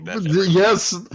Yes